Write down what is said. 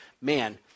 Man